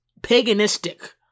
paganistic